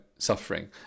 Suffering